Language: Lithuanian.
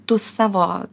tu savo